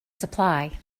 supply